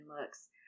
looks